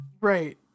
Right